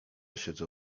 siedzą